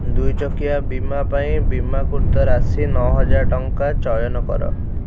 ଦୁଇ ଚକିଆ ବୀମା ପାଇଁ ବୀମାକୃତ ରାଶି ନଅ ହଜାର ଟଙ୍କା ଚୟନ କର